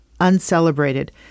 uncelebrated